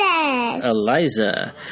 Eliza